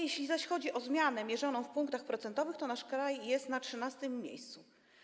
Jeśli zaś chodzi o zmianę mierzoną w punktach procentowych, to nasz kraj jest na 13. miejscu.